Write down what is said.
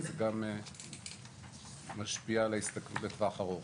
כי זה גם משפיע על ההסתכלות לטווח ארוך.